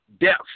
Death